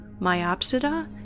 myopsida